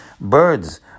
birds